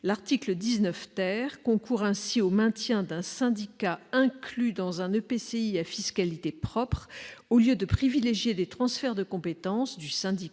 L'article 19 concourt ainsi au maintien d'un syndicat inclus dans un EPCI à fiscalité propre, au lieu de privilégier des transferts de compétences du syndicat